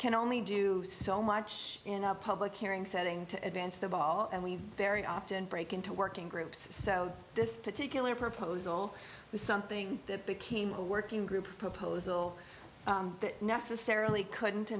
can only do so much in a public hearing setting to advance the ball and we very often break into working groups so this particular proposal was something that became a working group proposal that necessarily couldn't